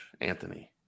Anthony